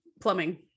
Plumbing